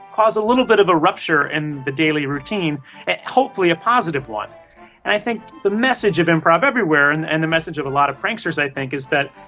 cause a little bit of a rupture in the daily routine and hopefully a positive one and i think the message of improv everywhere and and the message of a lot of pranksters, i think, is that,